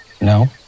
No